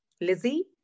Lizzie